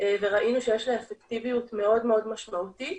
וראינו שיש לה אפקטיביות מאוד מאוד משמעותית,